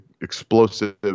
explosive